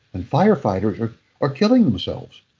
and firefighters are are killing themselves.